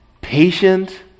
patient